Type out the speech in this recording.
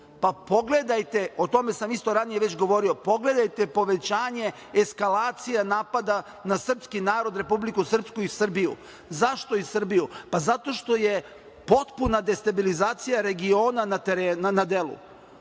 Pogledajte, o tome sam isto ranije govorio, povećanje eskalacije napada na srpski narod, Republiku Srpsku i Srbiju. Zašto i Srbiju? Zato što je potpuna destabilizacija regiona na delu,